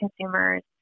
consumers